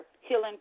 healing